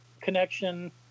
connection